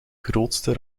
grootste